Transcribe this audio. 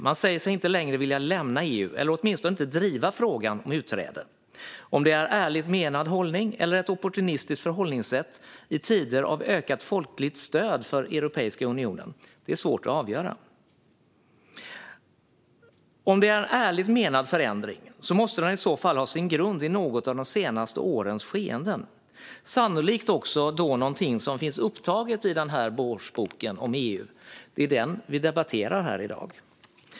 Man säger sig inte längre vilja lämna EU eller åtminstone inte driva frågan om utträde. Om det är en ärligt menad hållning eller ett opportunistiskt förhållningssätt i tider av ett ökat folkligt stöd för Europeiska unionen är svårt att avgöra. Om det är en ärligt menad förändring måste den i så fall ha sin grund i något av de senaste årens skeenden, sannolikt också någonting som finns upptaget i årsboken om EU som vi nu debatterar.